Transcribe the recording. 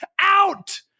out